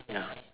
ya